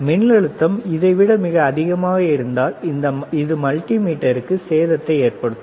மின்னழுத்தம் இதை விட மிக அதிகமாக இருந்தால் அது மல்டிமீட்டருக்கு சேதத்தை ஏற்படுத்தும்